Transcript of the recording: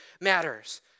matters